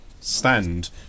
stand